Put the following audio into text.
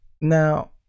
Now